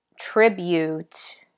tribute